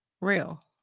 real